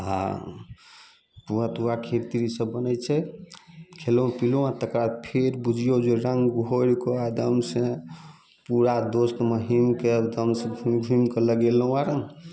आ पुआ तुआ खीर तीर ई सब बनैत छै खयलहुँ पीलहुँ आ तेकर बाद फेर बुझियौ जे रङ्ग घोरिके एकदम से पूरा दोस्त महीमके एकदम से घूमि घूमिके लगेलहुँ रङ्ग